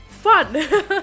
fun